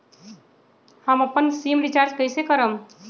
हम अपन SIM recharge कइसे करम?